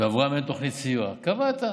ועברה מעין תוכנית סיוע, קבעת,